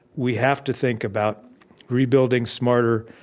we have to think about rebuilding smarter,